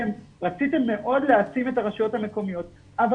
רציתם מאוד להעצים את הרשויות המקומיות אבל